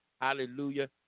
Hallelujah